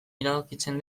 iradokitzen